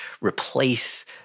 replace